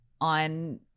on